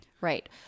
Right